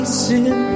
sin